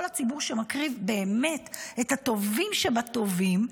הציבור שמקריב באמת את הטובים שבטובים,